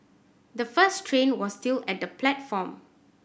the first train was still at the platform